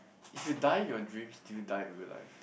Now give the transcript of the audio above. if you die in your dreams do you die in real life